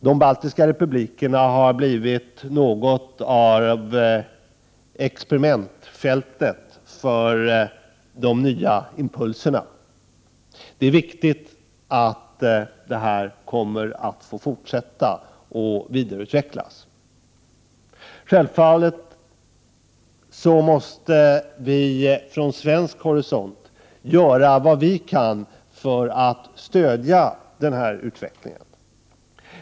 De baltiska republikerna har blivit något av experimentfält för de nya impulserna. Det är viktigt att detta kommer att få fortsätta och vidareutvecklas. Självfallet måste vi från svensk horisont göra vad vi kan för att stödja denna utveckling.